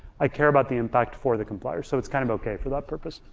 i care about the impact for the complier. so it's kind of okay for the purpose.